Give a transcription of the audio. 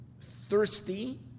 thirsty